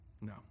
No